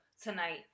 tonight